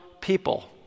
people